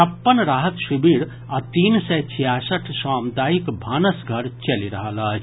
छप्पन राहत शिविर आ तीन सय छियासठि सामुदायिक भानस घर चलि रहल अछि